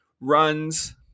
runs